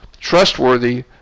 trustworthy